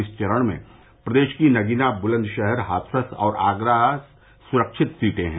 इस चरण में प्रदेश की नगीना ब्लंदशहर हाथरस और आगरा सुरक्षित सीटें हैं